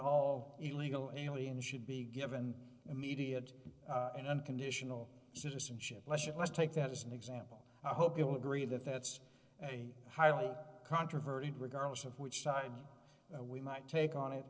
all illegal aliens should be given immediate and unconditional citizenship lesson let's take that as an example i hope you'll agree that that's a highly controverted regardless of which side we might take on it